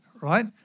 right